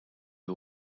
you